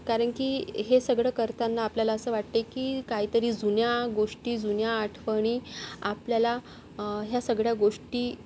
कारण की हे सगळं करताना आपल्याला असं वाटते की काहीतरी जुन्या गोष्टी जुन्या आठवणी आपल्याला या सगळ्या गोष्टी